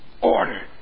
ordered